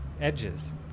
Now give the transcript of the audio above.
edges